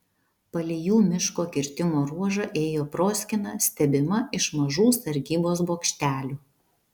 palei jų miško kirtimo ruožą ėjo proskyna stebima iš mažų sargybos bokštelių